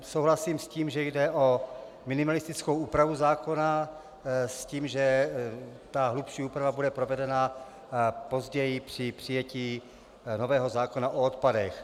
Souhlasím s tím, že jde o minimalistickou úpravu zákona s tím, že hlubší úprava bude provedena později při přijetí nového zákona o odpadech.